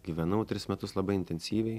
gyvenau tris metus labai intensyviai